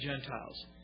Gentiles